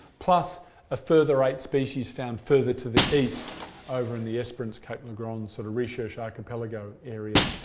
plus a further eight species found further to the east over in the esperance cape le grand, sort of recherche archipelago area.